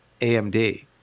AMD